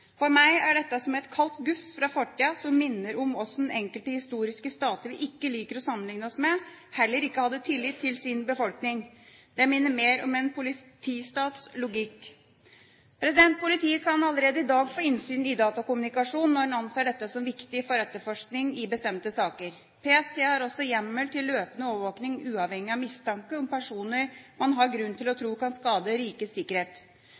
For meg er dette som et kaldt gufs fra fortida som minner om hvordan enkelte historiske stater vi ikke liker å sammenligne oss med, heller ikke hadde tillit til sin befolkning. Det minner mer om en politistats logikk. Politiet kan allerede i dag få innsyn i datakommunikasjon når en anser dette som viktig for etterforskning i bestemte saker. PST har også hjemmel til løpende overvåking uavhengig av mistanke om personer man har grunn til å tro kan skade rikets sikkerhet.